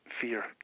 fear